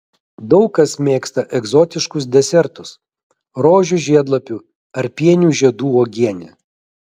daug kas mėgsta egzotiškus desertus rožių žiedlapių ar pienių žiedų uogienę